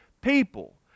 people